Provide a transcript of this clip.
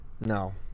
No